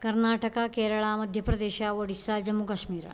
Karnataka Kerala Madhya Pradesh Odisha Jammu Kashmir